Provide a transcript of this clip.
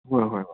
ꯍꯣꯏ ꯍꯣꯏ ꯍꯣꯏ